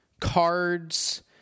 cards